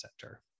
Center